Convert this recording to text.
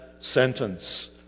sentence